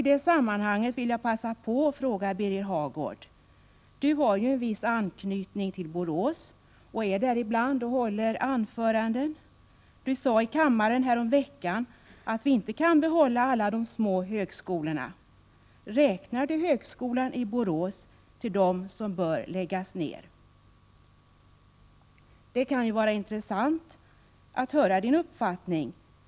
I detta sammanhang vill jag passa på att fråga Birger Hagård, som ju har en viss anknytning till Borås och ibland är där och håller anföranden: Birger Hagård sade i kammaren häromveckan att vi inte kan behålla alla de små högskolorna; räknar Birger Hagård högskolan i Borås till dem som bör läggas ned? Det kan vara intressant att höra vilken uppfattning han har.